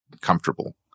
comfortable